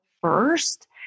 first